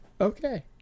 Okay